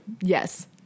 yes